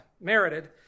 merited